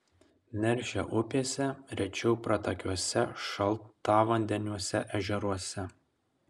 neršia upėse rečiau pratakiuose šaltavandeniuose ežeruose